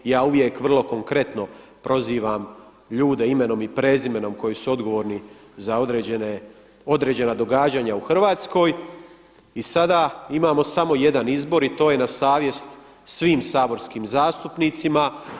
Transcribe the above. Ja uvijek vrlo konkretno prozivam ljude imenom i prezimenom koji su odgovorni za određena događanja u Hrvatskoj i sada imamo samo jedan izbor i to je na savjest svim saborskim zastupnicima.